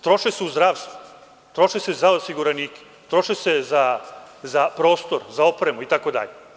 Troše se u zdravstvu, troše se za osiguranike, troše se za prostor, za opremu itd.